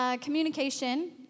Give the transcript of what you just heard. Communication